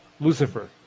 Lucifer